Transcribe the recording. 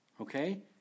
okay